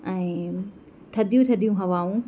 ऐं थधियूं थधियूं हवाऊं